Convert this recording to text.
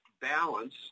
balance